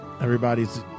Everybody's